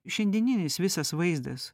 šiandieninis visas vaizdas